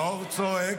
נאור צועק